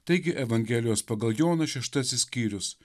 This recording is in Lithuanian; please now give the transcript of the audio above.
taigi evangelijos pagal joną šeštasis skyrius